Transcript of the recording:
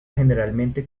generalmente